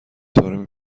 طارمی